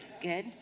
Good